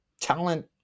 talent